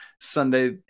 Sunday